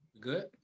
Good